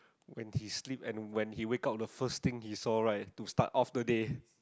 when he sleep and when he wake up the first thing he saw right to start off the day